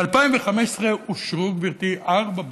ב-2015 אושרו, גברתי, ארבע בקשות.